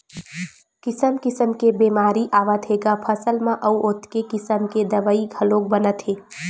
किसम किसम के बेमारी आवत हे ग फसल म अउ ओतके किसम के दवई घलोक बनत हे